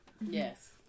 Yes